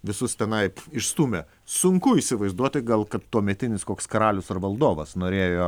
visus tenai išstūmė sunku įsivaizduoti gal kad tuometinis koks karalius ar valdovas norėjo